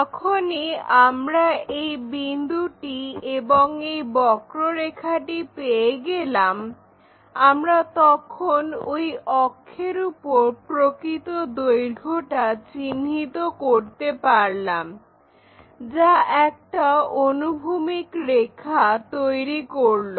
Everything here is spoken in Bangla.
যখনই আমরা এই বিন্দুটি এবং এই বক্ররেখাটি পেয়ে গেলাম আমরা তখন ওই অক্ষের ওপর প্রকৃত দৈর্ঘ্যটা চিহ্নিত করতে পারলাম যা একটা অনুভূমিক রেখা তৈরি করল